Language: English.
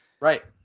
Right